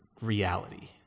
reality